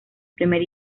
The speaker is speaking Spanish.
primer